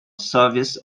service